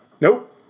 Nope